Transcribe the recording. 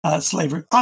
slavery